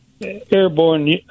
airborne